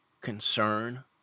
concern